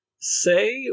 Say